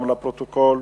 גם לפרוטוקול,